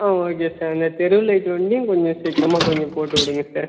ஆ okay sir இந்த தெரு light ஒண்டியும் கொஞ்சம் சீக்கிரமாக கொஞ்சம் போட்டு விடுங்கள் சார்